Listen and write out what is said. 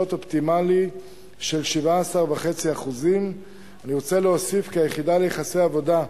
אופטימלי של 17.5%. אני רוצה להוסיף כי היחידה ליחסי עבודה,